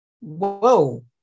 whoa